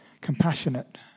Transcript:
compassionate